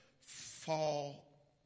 Fall